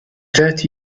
that